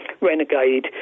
Renegade